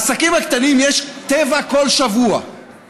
בעסקים הקטנים יש "טבע" כל שבוע,